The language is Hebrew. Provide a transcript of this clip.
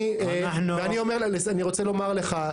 אני רוצה לומר לך,